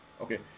Okay